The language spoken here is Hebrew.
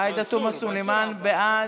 עאידה תומא סלימאן, בעד.